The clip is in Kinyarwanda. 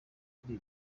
kuri